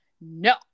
no